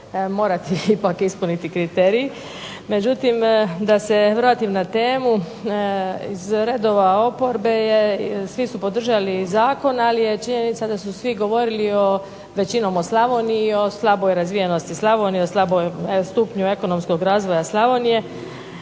morati ipak ispuniti kriteriji. Međutim, da se vratim na temu iz redova oporbe svi su podržali zakon, ali je činjenica da su svi većinom o Slavoniji i slaboj razvijenosti Slavonije o slabom stupnju ekonomskog razvoja Slavonije,